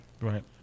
right